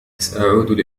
سأعود